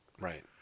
Right